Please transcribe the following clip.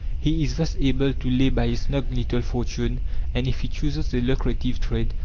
he is thus able to lay by a snug little fortune and if he chooses a lucrative trade,